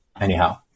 anyhow